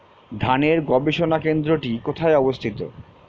ধানের গবষণা কেন্দ্রটি কোথায় অবস্থিত?